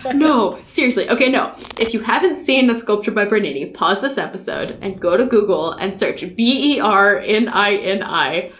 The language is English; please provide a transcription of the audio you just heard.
but no seriously okay, no. if you haven't seen a sculpture by bernini, pause this episode and go to google and search b e r n i n i,